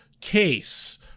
case